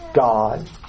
God